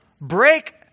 break